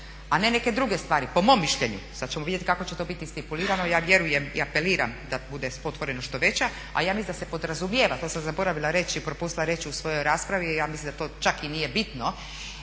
a ne neke druge stvari, po mom mišljenju. Sad ćemo vidjeti kako će to biti stipulirano, ja vjerujem i apeliram da bude otvorenost što veća. A ja mislim da se podrazumijeva, to sam zaboravila reći i propustila reći u svojoj raspravi, ja mislim da to čak i nije bitno